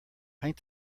paint